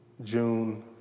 June